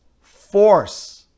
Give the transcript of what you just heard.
force